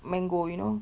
mango you know